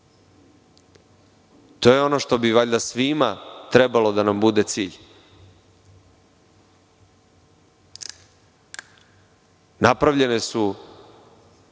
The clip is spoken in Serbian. je ono što bi valjda svima trebalo da nam bude cilj. Napravljene su